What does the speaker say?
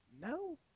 No